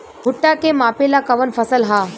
भूट्टा के मापे ला कवन फसल ह?